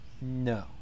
No